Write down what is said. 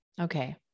Okay